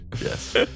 yes